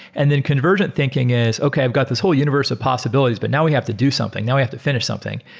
and then convergent thinking is, okay. i've got this whole universe of possibilities, but now we have to do something. now we have to finish something.